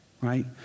right